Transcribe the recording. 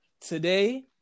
today